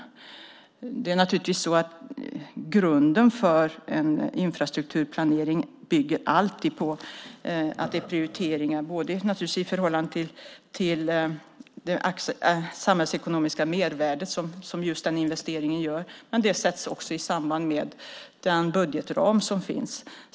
Det är naturligtvis så att grunden för en infrastrukturplanering alltid bygger på att det görs prioriteringar både i förhållande till det samhällsekonomiska mervärde som just den investeringen innebär och i förhållande till den budgetram som finns.